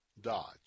dodge